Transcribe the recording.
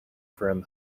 from